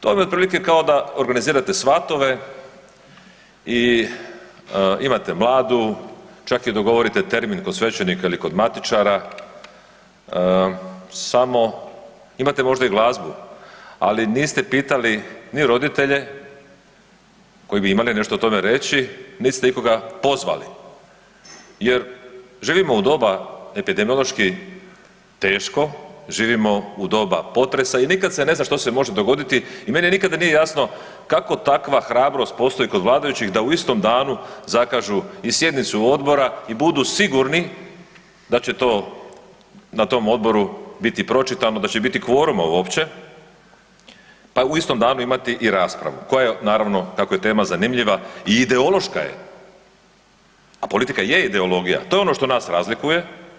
To vam je od prilike kao da organizirate svatove i imate mladu, čak joj dogovorite termin kod sve enika ili kod matičara, samo imate možda i glazbu, ali niste pitali ni roditelje, koji bi imali nešto o tome reći, nit ste ikoga pozvali, jer živimo u doba epidemiološki teško, živimo u doba potresa i nikad se ne zna što se može dogoditi i meni nikada nije jasno kako takva hrabrost postoji kod vladajućih da u istom danu zakažu i sjednicu Odbora i budu sigurni da će to na tom Odboru biti pročitano, da će biti kvoruma uopće, pa u istom danu imati i raspravu, koja je naravno, kako je tema zanimljiva i ideološka je, a politika je ideologija, to je ono što nas razlikuje.